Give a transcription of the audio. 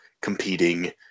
competing